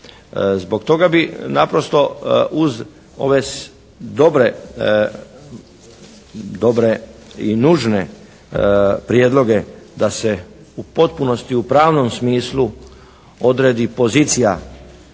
Zbog toga bi naprosto uz ove dobre i nužne prijedloge da se u potpunosti u pravnom smislu odredi pozicija